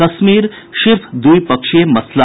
कश्मीर सिर्फ द्विपक्षीय मसला